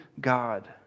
God